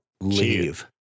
leave